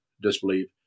disbelief